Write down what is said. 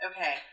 Okay